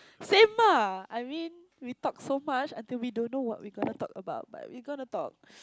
same ah I mean we talk so fast until we don't know what we gonna talk about but we gonna talk